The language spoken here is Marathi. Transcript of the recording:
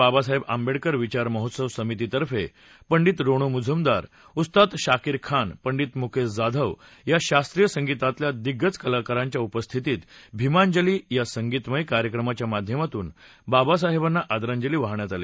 बाबासाहेब आंबेडकर विचार महोत्सव समिती तर्फे पंडित रोणू मझूमदार उस्ताद शाकीर खानपंडित मुकेश जाधव या शास्त्रीय संगीतातल्या दिग्गज कलाकारांच्या उपस्थितीत भीमांजली या संगीतमय कार्यक्रमाच्या माध्यमातून बाबासाहेबांना आदरांजली वाहण्यात आली